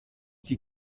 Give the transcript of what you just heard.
die